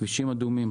כבישים אדומים.